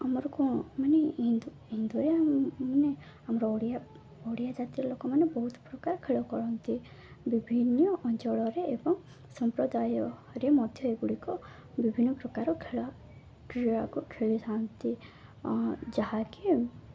ଆମର କ'ଣ ମାନେ ହିନ୍ଦୁ ହିନ୍ଦୁରେ ମାନେ ଆମର ଓଡ଼ିଆ ଓଡ଼ିଆ ଜାତିର ଲୋକମାନେ ବହୁତ ପ୍ରକାର ଖେଳ ଖେଳନ୍ତି ବିଭିନ୍ନ ଅଞ୍ଚଳରେ ଏବଂ ସମ୍ପ୍ରଦାୟରେ ମଧ୍ୟ ଏଗୁଡ଼ିକ ବିଭିନ୍ନ ପ୍ରକାର ଖେଳ କ୍ରୀଡ଼ାକୁ ଖେଳିଥାନ୍ତି ଯାହାକି